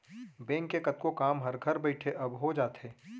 bank के कतको काम हर घर बइठे अब हो जाथे